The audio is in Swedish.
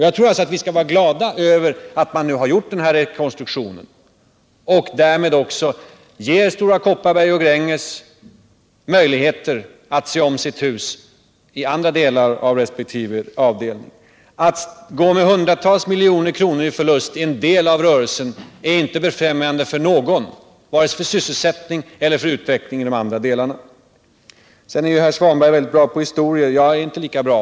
Jag tror alltså att vi skall vara glada över att man gjort denna rekonstruktion och därmed också gett Stora Kopparberg resp. Gränges möjlighet att se om sitt hus i andra delar av verksamheten. Att gå med hundratals miljoner kronor i förlust i en del av rörelsen är inte befrämjande vare sig för sysselsättning eller för utveckling inom de andra delarna. Herr Svanberg är ju väldigt bra på att berätta historier — jag är inte lika bra.